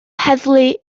heddlu